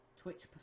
Twitch